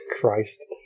Christ